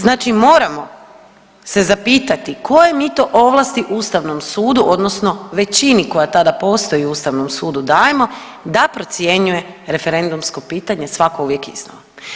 Znači moramo se zapitati koje mi to ovlasti ustavnom sudu odnosno većini koja tada postoji ustavnom sudu dajemo da procjenjuje referendumsko pitanje svako uvijek iznova.